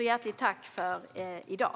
Hjärtligt tack för i dag!